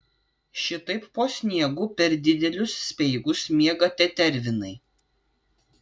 šitaip po sniegu per didelius speigus miega tetervinai